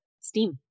STEAM